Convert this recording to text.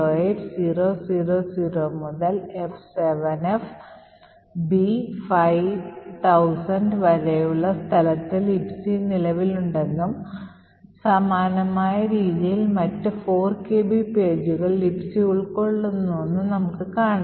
F7E08000 മുതൽ F7FB5000 വരെയുള്ള സ്ഥലത്ത് Libc നിലവിലുണ്ടെന്നും സമാനമായ രീതിയിൽ മറ്റ് 4 KB പേജുകൾ Libc ഉൾക്കൊള്ളുന്നുണ്ടെന്നും നമുക്ക് കാണാം